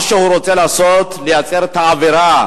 מה שהוא רוצה לעשות זה לייצר את האווירה